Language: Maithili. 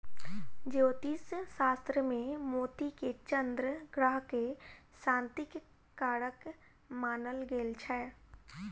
ज्योतिष शास्त्र मे मोती के चन्द्र ग्रह के शांतिक कारक मानल गेल छै